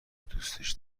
دوستش